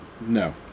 no